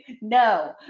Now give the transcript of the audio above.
No